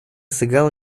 сыграла